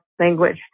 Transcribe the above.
language